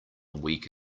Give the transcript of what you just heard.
week